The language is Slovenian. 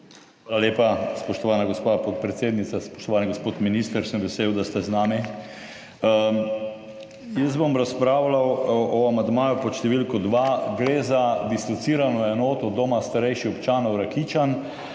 Hvala lepa, spoštovana gospa podpredsednica. Spoštovani gospod minister, sem vesel, da ste z nami! Razpravljal bom o amandmaju pod številko 2, gre za dislocirano enoto Doma starejših Rakičan.